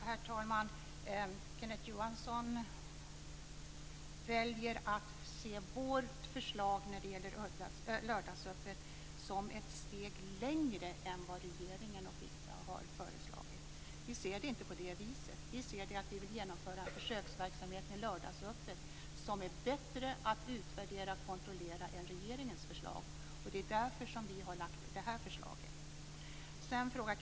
Herr talman! Kenneth Johansson väljer att se vårt förslag om lördagsöppet som ett steg längre än vad regeringen har föreslagit. Vi ser det inte så. Vi ser det som att vi vill genomföra en försöksverksamhet med lördagsöppet som är bättre att utvärdera och kontrollera än regeringens förslag. Det är därför som vi har lagt fram det här förslaget.